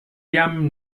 jam